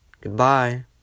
goodbye